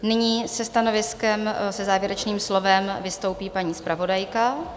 Nyní se stanoviskem, se závěrečným slovem vystoupí paní zpravodajka.